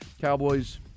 Cowboys